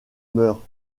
mers